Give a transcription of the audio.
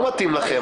לא מתאים לכם.